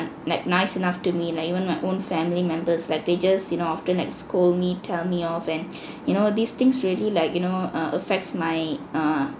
like nice enough to me like even my own family members like they just you know often like scold me tell me off and you know these things really like you know uh affects my uh